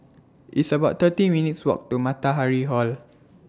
It's about thirty minutes' Walk to Matahari Hall